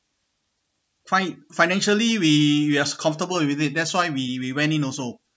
fi~ financially we we are comfortable with it that's why we we went in also